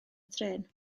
trên